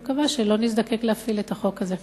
אני מקווה שלא נזדקק להפעיל את החוק הזה.